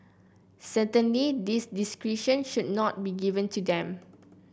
certainly this discretion should not be given to them